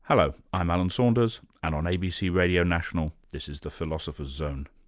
hello, i'm alan saunders and on abc radio national this is the philosopher's zone.